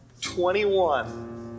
Twenty-one